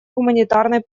гуманитарной